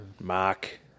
Mark